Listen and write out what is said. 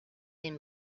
den